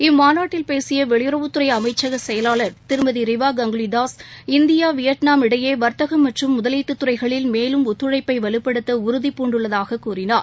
இம்மாநாட்டில் கலந்தகொண்டுபேசியவெளியுறவுத்துறைஅமைச்சகசெயலாளர் திருமதிரிவா கங்குலிதாஸ் இந்தியா வியட்நாம் நாடுகளுக்கிடையேவர்த்தகம் மற்றம் முதலீட்டுதுறைகளில் மேலும் ஒத்துழைப்பைவலுப்படுத்தஉறுதிபூண்டுள்ளதாககூறினார்